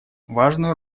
важную